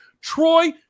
troy